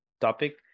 topic